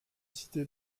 cité